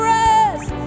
rest